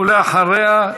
ורבין, ואחריה,